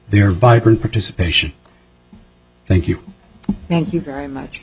their vibrant participation thank you thank you very much